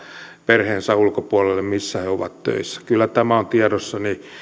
perheensä ulkopuolelle missä he ovat töissä kyllä tämä on tiedossani